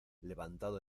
levantado